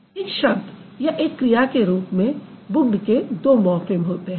एक शब्द या एक क्रिया के रूप में बुक्ड के दो मॉर्फ़िम होते हैं